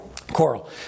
Coral